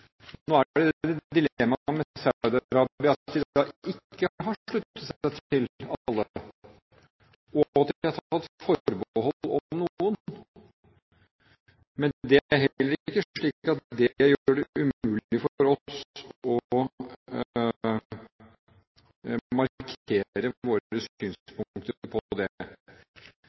Nå er dilemmaet med Saudi-Arabia at de ikke har sluttet seg til alle, og at de har tatt forbehold om noen. Men det er heller ikke slik at det gjør det umulig for oss å markere våre synspunkter på det.